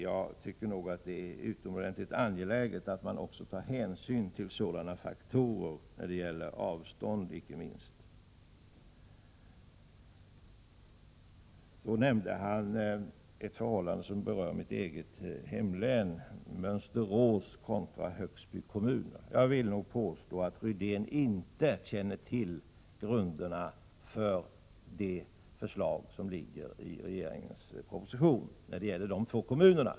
Jag finner det utomordentligt angeläget att i bidragshänseende ta hänsyn till inte minst stora avstånd. Rune Rydén nämnde vidare ett förhållande som berör mitt eget hemlän, nämligen situationen i Mönsterås resp. Högsby kommuner. Jag påstår att Rune Rydén inte känner till grunderna för förslaget i regeringens proposition beträffande dessa två kommuner.